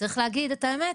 צריך להגיד את האמת,